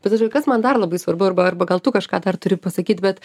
bet žodžiu kas man dar labai svarbu arba arba gal tu kažką dar turi pasakyt bet